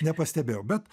nepastebėjau bet